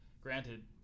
Granted